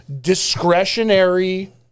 discretionary